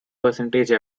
percentage